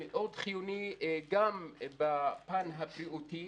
גם בפן הבריאותי